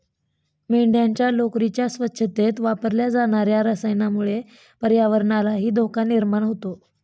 मेंढ्यांच्या लोकरीच्या स्वच्छतेत वापरल्या जाणार्या रसायनामुळे पर्यावरणालाही धोका निर्माण होतो